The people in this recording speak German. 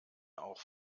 auch